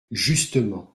justement